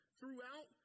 throughout